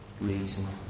Reason